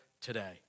today